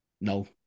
no